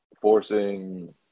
forcing